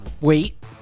Wait